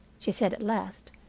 she said at last,